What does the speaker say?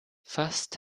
fast